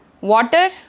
water